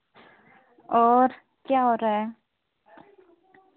और क्या हो रहा है